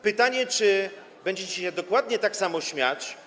Pytanie, czy będziecie się dokładnie tak samo śmiać.